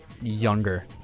younger